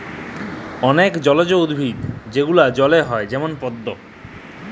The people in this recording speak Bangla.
অলেক জলজ উদ্ভিদ যেগলা জলে হ্যয় যেমল পদ্দ